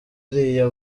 buriya